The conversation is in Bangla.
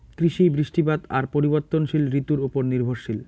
কৃষি, বৃষ্টিপাত আর পরিবর্তনশীল ঋতুর উপর নির্ভরশীল